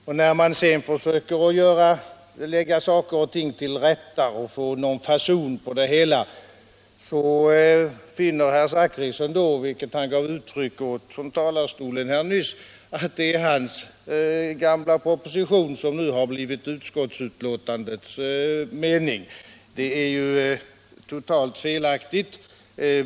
Men när vi då försöker lägga saker och ting till rätta för att få någon fason på det hela, så finner herr Zachrisson — vilket han nyss gav uttryck åt från denna talarstol — att det är hans gamla proposition som nu har blivit utskottets mening. Detta är ju totalt felaktigt.